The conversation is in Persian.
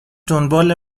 دنبال